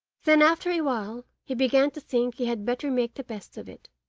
then, after awhile, he began to think he had better make the best of it,